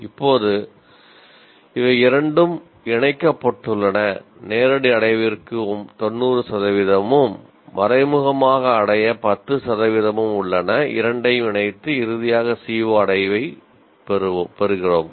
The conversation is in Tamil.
இப்போது இவை இரண்டும் ஒன்றிணைக்கப்பட்டுள்ளன நேரடி அடைவதற்கு 90 சதவீதமும் மறைமுகமாக அடைய 10 சதவீதமும் உள்ளன இரண்டையும் இணைத்து இறுதியாக CO அடைவதைப் பெறுகிறோம்